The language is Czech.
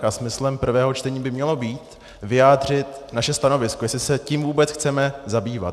A smyslem prvého čtení by mělo být vyjádřit naše stanovisko, jestli se tím vůbec chceme zabývat.